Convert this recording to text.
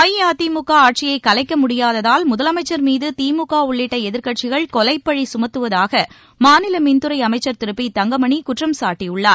அஇஅதிமுக ஆட்சியைக் கலைக்க முடியாததால் முதலமைச்சர் மீது திமுக உள்ளிட்ட எதிர்க்கட்சிகள் கொலைப்பழி சுமத்துவதாக மாநில மின்துறை அமைச்சர் திரு பி தங்கமணி குற்றம் சாட்டியுள்ளார்